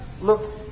look